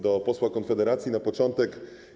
Do posła Konfederacji na początek.